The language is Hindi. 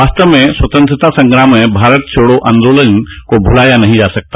वास्तव में स्वतंत्रता संग्राम में भारत छोड़ों आन्दोलन को भुलाया नहीं जा सकता